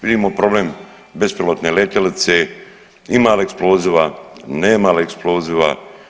Vidimo problem bespilotne letjelice, ima li eksploziva, nema eksploziva.